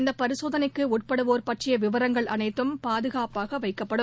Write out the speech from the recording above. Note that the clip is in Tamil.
இந்தபரிசோதனைக்குடட்படுவோர் பற்றியவிவரங்கள் அனைத்தும் பாதுகாப்பாகவைக்கப்படும்